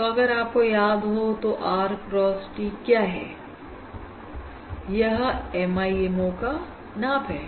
तो अगर आपको याद हो तो r cross t क्या है यह MIMO का नाप है